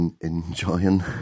enjoying